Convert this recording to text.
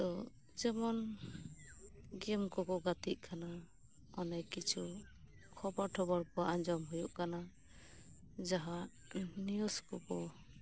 ᱛᱳ ᱡᱮᱢᱚᱱ ᱜᱮᱢ ᱠᱚ ᱠᱚ ᱜᱟᱛᱤᱜ ᱠᱟᱱᱟ ᱚᱱᱮ ᱠᱤᱪᱷᱩ ᱠᱷᱚᱵᱚᱨ ᱴᱚᱵᱚᱨ ᱠᱚ ᱟᱡᱚᱢ ᱦᱩᱭᱩᱜ ᱠᱟᱱᱟ ᱡᱟᱸᱦᱟ ᱱᱤᱭᱩᱡ ᱠᱚ ᱠᱚ